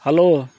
hello